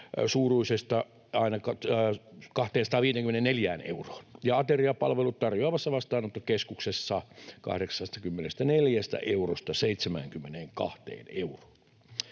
suuruisesta 254 euroon ja ateriapalvelut tarjoavassa vastaanottokeskuksessa 84 eurosta 72 euroon.